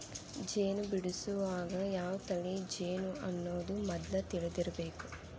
ಜೇನ ಬಿಡಸುವಾಗ ಯಾವ ತಳಿ ಜೇನು ಅನ್ನುದ ಮದ್ಲ ತಿಳದಿರಬೇಕ